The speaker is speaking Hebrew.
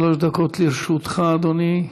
שלוש דקות לרשותך, אדוני.